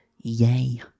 Yay